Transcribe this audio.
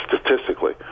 statistically